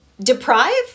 Deprive